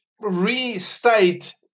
restate